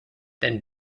than